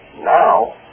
Now